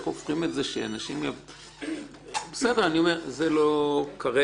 איך הופכים את זה שאנשים - בסדר, זה לא כרגע.